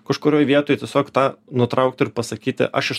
kažkurioj vietoj tiesiog tą nutraukti ir pasakyti aš iš